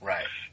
Right